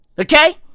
Okay